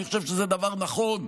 אני חושב שזה דבר נכון,